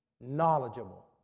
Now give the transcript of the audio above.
knowledgeable